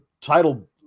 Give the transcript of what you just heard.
title